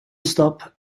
stop